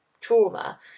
trauma